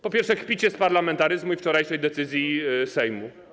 Po pierwsze, kpicie z parlamentaryzmu i wczorajszej decyzji Sejmu.